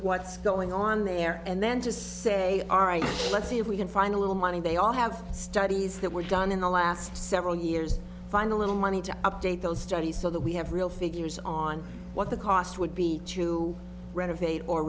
what's going on there and then just say all right let's see if we can find a little money they all have studies that were done in the last several years find a little money to update those studies so that we have real figures on what the cost would be to renovate or